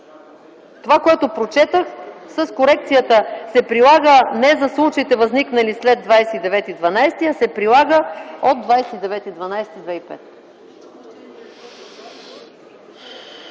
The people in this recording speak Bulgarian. Това, което прочетох с корекцията: се прилага не „за случаите възникнали след 29.12”, а „се прилага от 29.12.2005